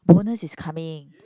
bonus is coming